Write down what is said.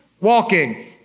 walking